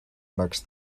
marks